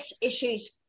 issues